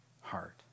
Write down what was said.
heart